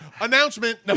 Announcement